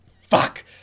Fuck